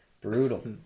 Brutal